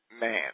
man